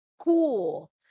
cool